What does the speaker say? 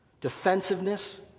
defensiveness